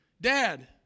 Dad